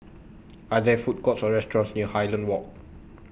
Are There Food Courts Or restaurants near Highland Walk